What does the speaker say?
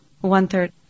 one-third